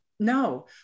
No